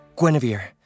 Guinevere